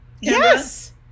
Yes